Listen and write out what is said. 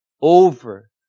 over